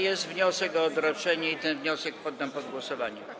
Jest wniosek o odroczenie i ten wniosek poddam pod głosowanie.